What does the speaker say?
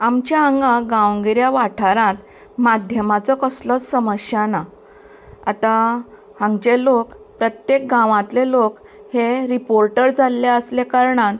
आमच्या हांगा गांवगिऱ्या वाठारांत माध्यमाचो कसलोच समस्या ना आतां हांगचे लोक प्रत्येक गांवातले लोक हे रिपोर्टर जाल्ले आसले कारणान